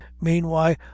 meanwhile